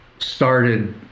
started